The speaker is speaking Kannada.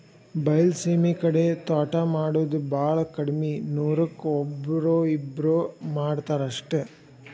ಬೈಲಸೇಮಿ ಕಡೆ ತ್ವಾಟಾ ಮಾಡುದ ಬಾಳ ಕಡ್ಮಿ ನೂರಕ್ಕ ಒಬ್ಬ್ರೋ ಇಬ್ಬ್ರೋ ಮಾಡತಾರ ಅಷ್ಟ